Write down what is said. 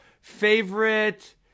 Favorite